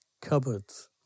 cupboards